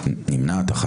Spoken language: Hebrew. נמנעים.